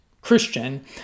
Christian